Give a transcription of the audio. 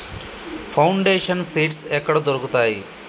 Foundation seeds ఎక్కడ దొరుకుతాయి?